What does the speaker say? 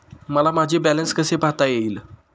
मला माझे बॅलन्स कसे पाहता येईल?